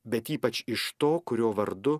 bet ypač iš to kurio vardu